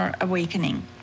awakening